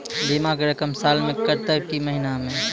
बीमा के रकम साल मे कटत कि महीना मे?